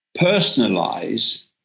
personalize